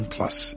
Plus